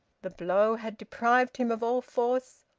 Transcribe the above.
the blow had deprived him of all force,